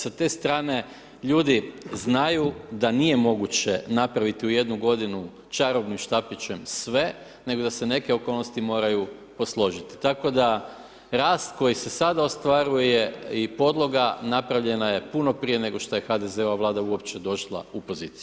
Sa te strane, ljudi znaju da nije moguće napraviti u jednu godinu čarobnim štapićem sve, nego da se neke okolnosti moraju posložiti, tako da rast koji se sada ostvaruje i podloga, napravljena je puno prije nego što je HDZ-ova vlada uopće došla u poziciju.